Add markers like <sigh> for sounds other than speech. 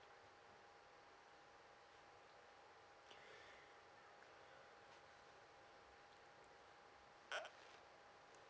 <breath> uh